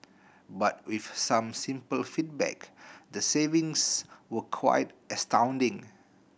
but with some simple feedback the savings were quite astounding